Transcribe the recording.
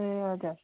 ए हजुर